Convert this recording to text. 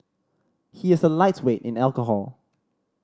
he is a lightweight in alcohol